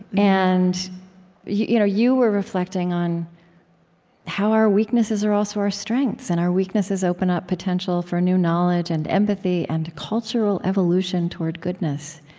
and you know you were reflecting on how our weaknesses are also our strengths. and our weaknesses open up potential for new knowledge and empathy and cultural evolution toward goodness.